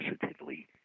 positively